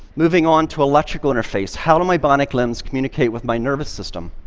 moving on to electrical interface how do my bionic limbs communicate with my nervous system?